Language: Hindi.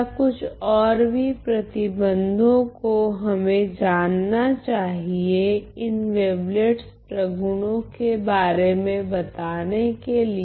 क्या कुछ ओर भी प्रतिबंधों को हमे जानना चाहिए इन वेवलेट्स प्रगुणों के बारे में बताने के लिए